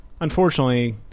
Unfortunately